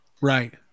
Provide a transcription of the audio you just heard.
right